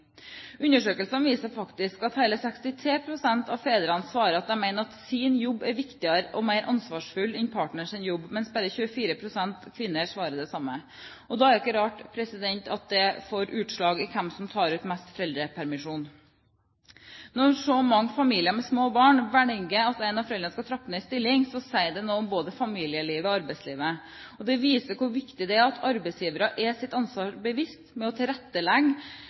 Undersøkelser viser faktisk at hele 63 pst. av fedrene svarer at de mener at deres jobb er viktigere og mer ansvarsfull enn partnerens jobb, mens 24 pst. kvinner svarer det samme. Da er det ikke rart at det får utslag i hvem som tar ut mest foreldrepermisjon. Når så mange familier med små barn velger at en av foreldrene skal trappe ned i stilling, sier det noe om både familielivet og arbeidslivet. Det viser hvor viktig det er at arbeidsgiverne er seg sitt ansvar bevisst ved å tilrettelegge